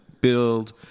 build